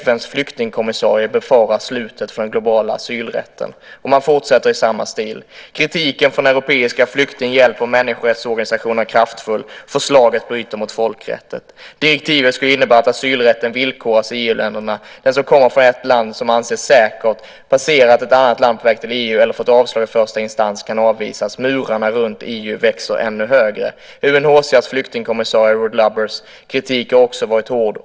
FN:s flyktingkommissarie befarar slutet för den globala asylrätten. Man fortsätter i samma stil: Kritiken från europeiska flykting-, hjälp och människorättsorganisationer är kraftfull. Förslaget bryter mot folkrätten. Direktivet skulle innebära att asylrätten villkoras i EU-länderna. Den som kommer från ett land som anses säkert, passerat ett annat land på väg till EU eller fått avslag i första instans kan avvisas. Murarna runt EU växer ännu högre. UNHCR:s flyktingkommissarie Ruud Lubbers kritik har också varit hård.